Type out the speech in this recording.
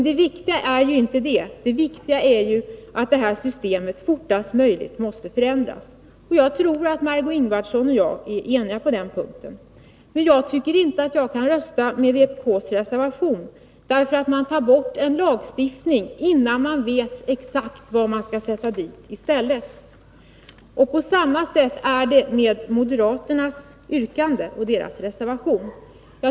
Det viktiga är emellertid inte detta utan att systemet fortast möjligt förändras. Jag tror att Margö Ingvardsson och jag är eniga på den punkten. Men jag tycker inte att jag kan rösta på vpk:s reservation, eftersom man då tar bort en lagstiftning utan att man exakt vet vad man skall sätta dit i stället. På samma sätt är det med moderaternas yrkande i deras reservation.